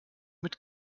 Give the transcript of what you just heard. mit